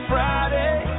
Friday